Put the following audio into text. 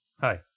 hi